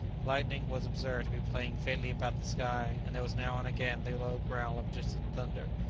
lightning was observed to be playing faintly about the sky, and there was now and again the low growl of distant thunder.